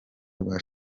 rwa